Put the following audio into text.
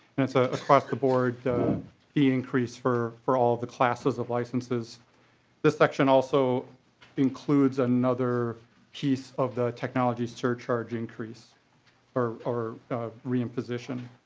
and it's ah across the board fee increase for for all the classes of licenses this section also includes another piece of the technology surcharge increase or or real position.